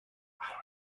how